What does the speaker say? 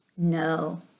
No